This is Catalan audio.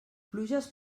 pluges